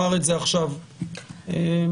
אני אומר כך, חברי ומורי: א',